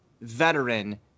veteran